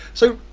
so